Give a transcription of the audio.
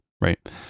right